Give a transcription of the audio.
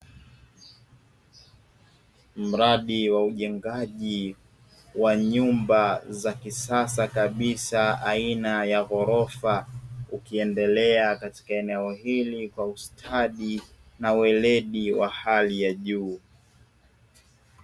Mradi wa ujengaji wa nyumba za kisasa kabisa aina ya ghorofa, ukiendelea katika eneo hili kwa ustadi na uweledi wa hali ya juu.